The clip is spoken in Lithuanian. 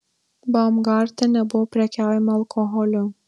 baumgarte nebuvo prekiaujama alkoholiu